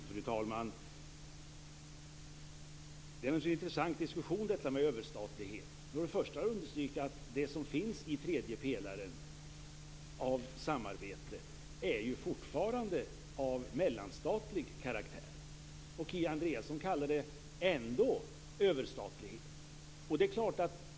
Fru talman! Det är en intressant diskussion när det gäller detta med överstatlighet. Jag vill understryka att det som finns av samarbete i tredje pelaren fortfarande är av mellanstatlig karaktär. Kia Andreasson kallar det ändå överstatlighet.